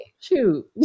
Shoot